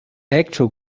actual